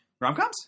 Rom-coms